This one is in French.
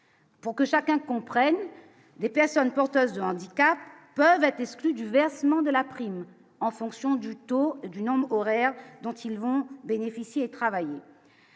Pour que chacun comprenne des personnes porteuses de handicap peuvent être exclus du versement de la prime en fonction du taux du nombre horaire dont ils vont bénéficier, travailler.